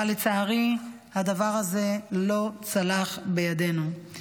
אבל לצערי הדבר הזה לא צלח בידינו.